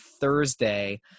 Thursday